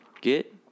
get